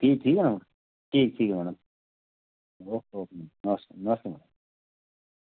ठीक ठीक है मैडम ठीक ठीक है madam okay okay नमस्ते नमस्ते मैडम